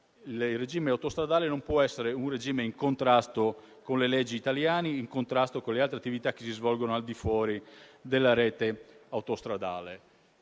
Il regine autostradale non può essere in contrasto con le leggi italiani e le altre attività che si svolgono al di fuori della rete autostradale.